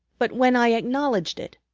but when i acknowledged it,